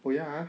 oh ya ah